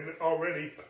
already